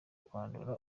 kwandura